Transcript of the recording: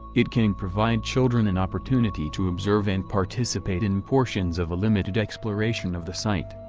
it can provide children an opportunity to observe and participate in portions of a limited exploration of the site.